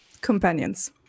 companions